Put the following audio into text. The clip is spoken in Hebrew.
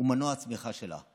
ומנוע הצמיחה שלה.